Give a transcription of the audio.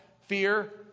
fear